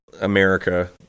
America